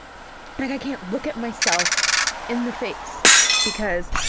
like i can't look at myself in the face because